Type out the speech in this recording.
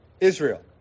Israel